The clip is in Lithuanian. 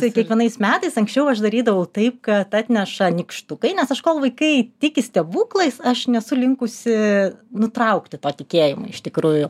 tai kiekvienais metais anksčiau aš darydavau taip kad atneša nykštukai nes aš kol vaikai tiki stebuklais aš nesu linkusi nutraukti to tikėjimo iš tikrųjų